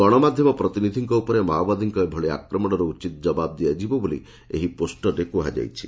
ଗଣମାଧ୍ଧମ ପ୍ରତିନିଧିଙ୍କ ଉପରେ ମାଓବାଦୀଙ୍କ ଏଭଳି ଆକ୍ରମଣର ଉଚିତ ଜବାବ ଦିଆଯିବ ବୋଲି ଏହି ପୋଷ୍ଟରରେ କୃହାଯାଇଛି